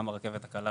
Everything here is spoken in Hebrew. לרכבות הקלות